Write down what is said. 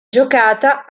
giocata